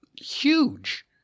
huge